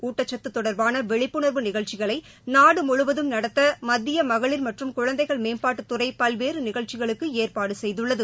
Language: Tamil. ஊட்டக்கத்துதொடர்பானவிழிப்புணர்வு நிகழ்ச்சிகளைநாடுமுழுவதும் நடத்தமத்தியமகளிர் மற்றும் குழந்தைகள் மேம்பாட்டுத்துறைபல்வேறுநிகழ்ச்சிகளுக்குஏற்பாடுசெய்துள்ளது